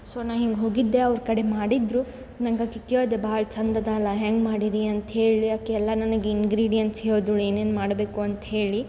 so ನಾ ಹಿಂಗೆ ಹೋಗಿದ್ದೆ ಅವ್ರ ಕಡೆ ಮಾಡಿದ್ರು ನಂಗೆ ಆಕಿ ಕೇಳಿದೆ ಭಾಳ್ ಚಂದ ಅದಲ್ಲ ಹೆಂಗೆ ಮಾಡಿದಿ ಅಂತ ಹೇಳಿ ಆಕಿ ಎಲ್ಲ ನನಗ್ ಇಂಗ್ರೀಡಿಯನ್ಸ್ ಹೇಳಿದ್ಲು ಏನೇನು ಮಾಡಬೇಕು ಅಂತ ಹೇಳಿ